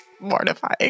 mortifying